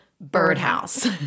birdhouse